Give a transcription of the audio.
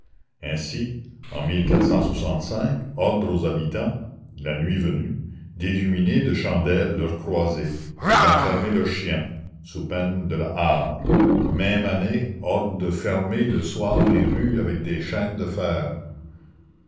ainsi en ordre aux habitants la nuit venue d'illuminer de chandelles leurs croisées et d'enfermer leurs chiens sous peine de la hart même année ordre de fermer le soir les rues avec des chaînes de fer